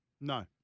No